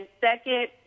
second